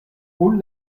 kun